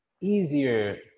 easier